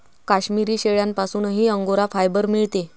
काश्मिरी शेळ्यांपासूनही angora fibre मिळते